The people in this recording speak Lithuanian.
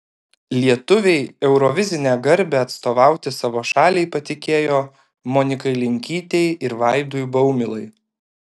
lietuviai eurovizinę garbę atstovauti savo šaliai patikėjo monikai linkytei ir vaidui baumilai